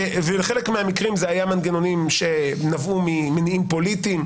ובחלק מהמקרים אלה היו מנגנונים שנבעו ממניעים פוליטיים,